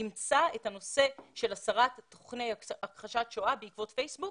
אימצה את הנושא של הסרת תוכני הכחשת שואה בעקבות פייסבוק